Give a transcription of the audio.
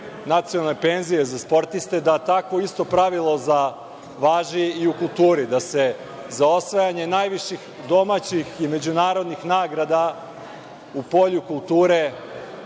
nacionalne penzije za sportiste, da takvo isto pravilo važi i u kulturi. Da se za osvajanje najviših domaćih i međunarodnih nagrada u polju kulture,